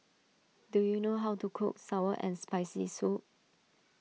do you know how to cook Sour and Spicy Soup